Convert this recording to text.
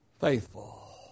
faithful